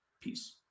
Peace